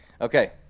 Okay